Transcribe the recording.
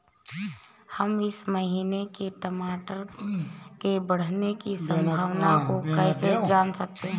हम इस महीने में टमाटर के बढ़ने की संभावना को कैसे जान सकते हैं?